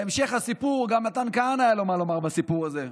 בהמשך הסיפור גם למתן כהנא היה מה לומר על הסיפור הזה.